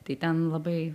tai ten labai